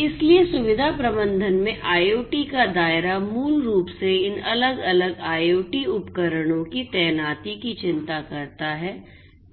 इसलिए सुविधा प्रबंधन में IoT का दायरा मूल रूप से इन अलग अलग IoT उपकरणों की तैनाती की चिंता करता है